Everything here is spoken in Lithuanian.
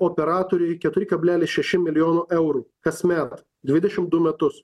operatoriui keturi kablelis šeši milijonų eurų kasmet dvidešim du metus